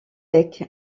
tech